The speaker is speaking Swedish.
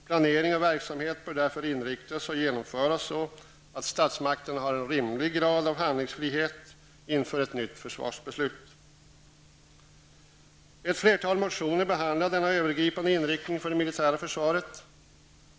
Planering och verksamhet bör därför inriktas och genomföras så att statsmakterna har en rimlig grad av handlingsfrihet inför ett nytt försvarsbeslut. Ett flertal motioner behandlar denna övergripande inriktning för det militära försvaret.